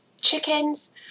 chickens